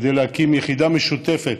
כדי להקים יחידה משותפת,